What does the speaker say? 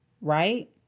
Right